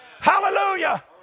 Hallelujah